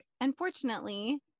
unfortunately